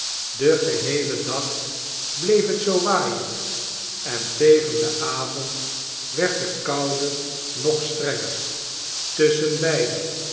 den geheelen dag bleef het zoo waaien en tegen den avond werd de koude nog strenger